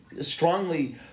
strongly